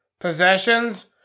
possessions